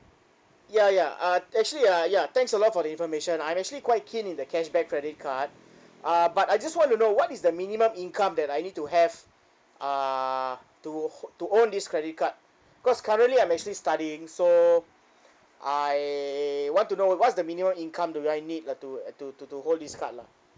ya ya uh actually uh ya thanks so much for the information I'm actually quite keen in the cashback credit card uh but I just want to know what is the minimum income that I need to have uh to to own this credit card cause currently I'm actually studying so I want to know what's the minimum income do I need uh to to to to hold this card lah